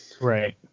right